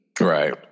Right